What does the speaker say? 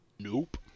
nope